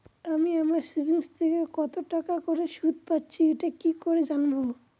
আমি আমার সেভিংস থেকে কতটাকা করে সুদ পাচ্ছি এটা কি করে জানব?